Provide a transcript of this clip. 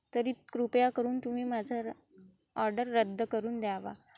तरी कृपया करून तुम्ही माझा ऑर्डर रद्द करून द्यावा